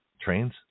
trains